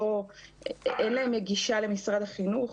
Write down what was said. אין להם גישה למשרד החינוך.